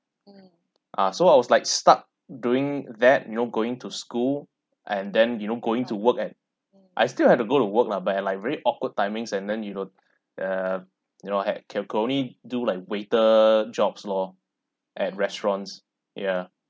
ah so I was like stuck doing that you know going to school and then you know going to work at I still have to go to work lah but at like very awkward timings and then you got uh you know had can can only do like waiter jobs lor at restaurants ya